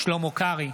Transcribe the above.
שלמה קרעי,